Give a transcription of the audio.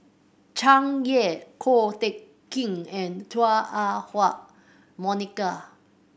Tsung Yeh Ko Teck Kin and Chua Ah Huwa Monica